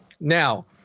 now